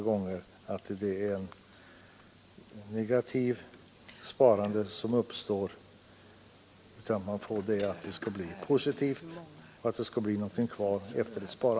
I stället för det negativa sparandet bör vi få ett positivt sparande, dvs. det bör bli meningsfullt att spara.